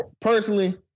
Personally